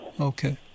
Okay